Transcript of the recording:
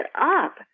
up